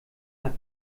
hat